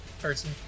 person